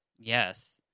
Yes